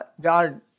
God